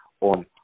on